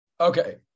Okay